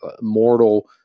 mortal